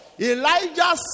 Elijah